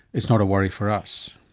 it's not a worry for us.